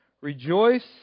Rejoice